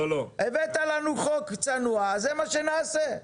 הבאת לנו חוק צנוע וזה מה שנעשה.